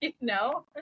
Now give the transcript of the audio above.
No